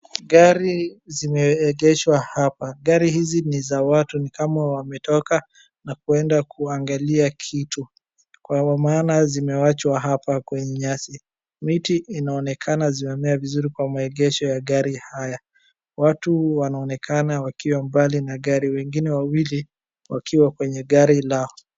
Gari zimeegeshwa hapa. Gari hizi ni za watu. Ni kama wametoka na kwenda kuangalia kitu, kwa maana zimewachwa hapa kwenye nyasi. Miti inaonekana zimemea vizuri kwa maegesho ya gari haya. Watu wanaonekana wakiwa mbali na gari. Wengine wawili wakiwa kwenye gari lao.